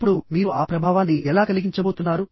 ఇప్పుడు మీరు ఆ ప్రభావాన్ని ఎలా కలిగించబోతున్నారు